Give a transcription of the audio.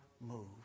move